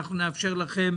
אנחנו נאפשר לכם